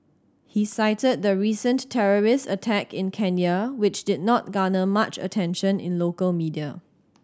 he cited the recent terrorist attack in Kenya which did not garner much attention in local media